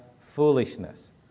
foolishness